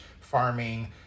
farming